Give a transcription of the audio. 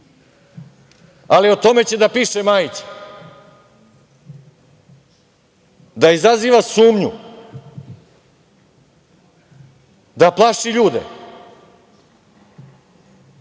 Ali, o tome će da piše Majić, da izaziva sumnju, da plaši ljude. Samo